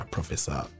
Professor